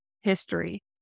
history